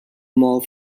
mall